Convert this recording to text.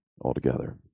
altogether